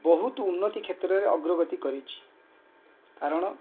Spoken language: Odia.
ବହୁତ ଉନ୍ନତି କ୍ଷେତ୍ରରେ ଅଗ୍ରଗତି କରିଛି କାରଣ